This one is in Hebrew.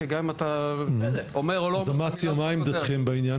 אז אמציה, מה עמדתכם בעניין?